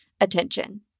attention